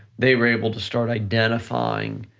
they were able to start identifying